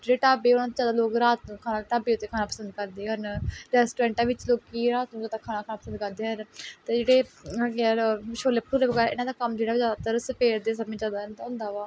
ਜਿਹੜੇ ਢਾਬੇ ਹੈ ਉਹਨਾਂ 'ਤੇ ਜ਼ਿਆਦਾ ਲੋਕ ਰਾਤ ਨੂੰ ਖਾਣਾ ਢਾਬੇ 'ਤੇ ਖਾਣਾ ਪਸੰਦ ਕਰਦੇ ਹਨ ਅਤੇ ਰੈਸਟੋਰੈਂਟਾਂ ਵਿੱਚ ਲੋਕ ਰਾਤ ਨੂੰ ਜ਼ਿਆਦਾ ਖਾਣਾ ਖਾਣਾ ਪਸੰਦ ਕਰਦੇ ਹਨ ਅਤੇ ਜਿਹੜੇ ਹੈਗੇ ਹਨ ਛੋਲੇ ਭਟੂਰੇ ਵਗੈਰਾ ਇਹਨਾਂ ਦਾ ਕੰਮ ਜਿਹੜਾ ਉਹ ਜ਼ਿਆਦਾਤਰ ਸਵੇਰ ਦੇ ਸਮੇਂ ਜ਼ਿਆਦਾ ਹੁੰਦਾ ਹੁੰਦਾ ਵਾ